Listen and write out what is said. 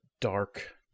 dark